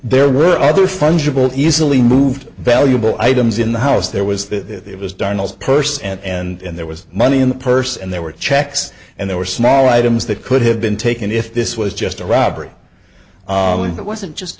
there were other fungible easily moved valuable items in the house there was that it was done as purse and there was money in the purse and there were checks and there were small items that could have been taken if this was just a robbery it wasn't just